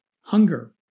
hunger